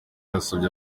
yasabye